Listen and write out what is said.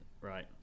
Right